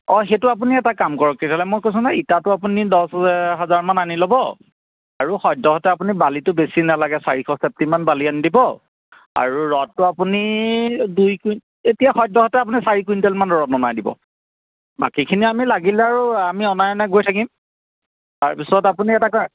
অঁ সেইটো আপুনি এটা কাম কৰক তেতিয়াহ'লে মই কৈছোঁ নহয় ইটাটো আপুনি দহ হাজাৰমান আনি ল'ব আৰু সদ্যহতে আপুনি বালিটো বেছি নালাগে চাৰিশ চেফটিমান বালি আনি দিব আৰু ৰ'ডতো আপুনি দুই এতিয়া সদ্যহতে আপোনাৰ চাৰি কুইণ্টেলমান ৰড অনাই দিব বাকীখিনি আমি লাগিলে আৰু আমি অনাই অনাই গৈ থাকিম তাৰপিছত আপুনি এটা